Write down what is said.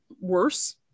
worse